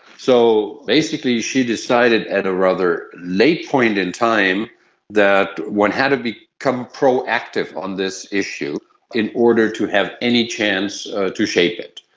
so basically she decided at a rather late point in time that one had to become proactive on this issue in order to have any chance to shape it.